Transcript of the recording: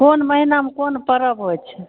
कोन महिनामे कोन परब होइत छै